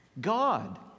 God